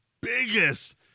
biggest